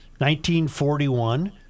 1941